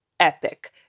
epic